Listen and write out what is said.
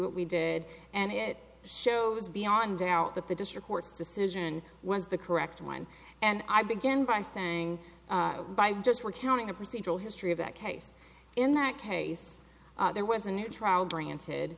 what we did and it shows beyond doubt that the district court's decision was the correct one and i began by saying by just recounting a procedural history of that case in that case there was a new trial granted